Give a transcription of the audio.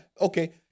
Okay